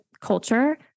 culture